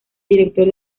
director